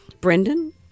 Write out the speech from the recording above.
Brendan